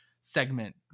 segment